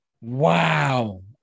Wow